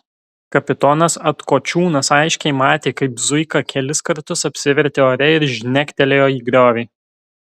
kapitonas atkočiūnas aiškiai matė kaip zuika kelis kartus apsivertė ore ir žnektelėjo į griovį